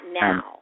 now